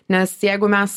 nes jeigu mes